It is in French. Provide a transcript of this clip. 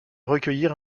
recueillir